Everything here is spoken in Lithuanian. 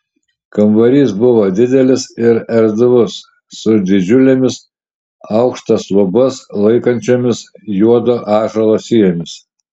kambarys buvo didelis ir erdvus su didžiulėmis aukštas lubas laikančiomis juodo ąžuolo sijomis